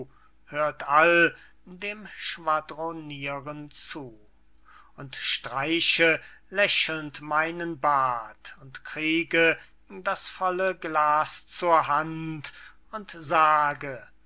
hört all dem schwadroniren zu und streiche lächelnd meinen bart und kriege das volle glas zur hand und sage